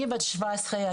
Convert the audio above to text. אני בן שבע עשרה,